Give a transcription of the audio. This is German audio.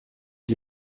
die